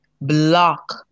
block